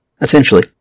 Essentially